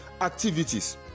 activities